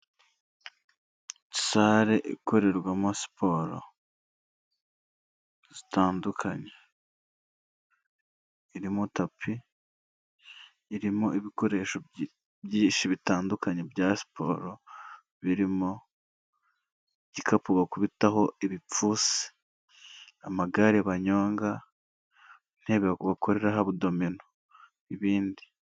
Sare ikorerwamo siporo zitandukanye, irimo tapi, irimo ibikoresho byinshi bitandukanye bya siporo birimo igikapu bakubitaho ibipfunsi, amagare banyonga, intebe bakoreraho abudomino n'ibindi.